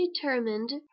determined